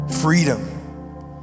Freedom